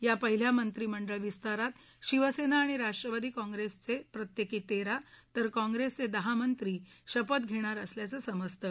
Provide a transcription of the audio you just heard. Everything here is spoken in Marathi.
या पहिल्या मंत्रिमंडळ विस्तारात शिवसेना आणि राष्ट्रवादी काँग्रेसचे प्रत्येकी तेरा तर काँग्रेसचे दहा मंत्री शपथ घेणार असल्याचं समजतं